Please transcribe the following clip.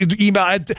email